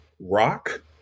Rock